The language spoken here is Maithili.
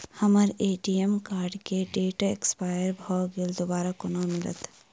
हम्मर ए.टी.एम कार्ड केँ डेट एक्सपायर भऽ गेल दोबारा कोना मिलत?